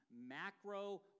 Macro